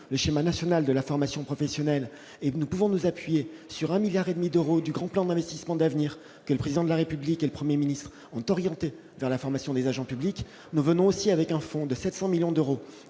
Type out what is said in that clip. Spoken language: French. le schéma national de la formation professionnelle et nous pouvons nous appuyer sur un milliard et demi d'euros du grand plan d'investissements d'avenir, que le président de la République et le 1er ministre ont orienté vers la formation des agents publics nous venons aussi avec un fond de 700 millions d'euros